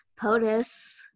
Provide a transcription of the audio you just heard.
POTUS